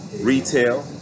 retail